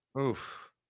Oof